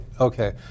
Okay